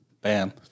Bam